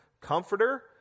comforter